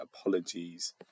apologies